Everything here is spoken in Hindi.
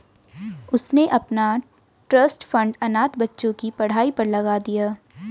उसने अपना ट्रस्ट फंड अनाथ बच्चों की पढ़ाई पर लगा दिया